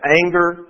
anger